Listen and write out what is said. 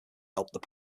helped